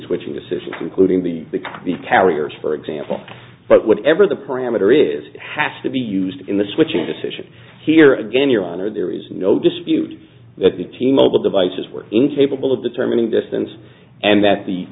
switching decisions including the carriers for example but whatever the parameter is has to be used in the switching decision here again your honor there is no dispute that the team mobile devices were incapable of determining distance and that the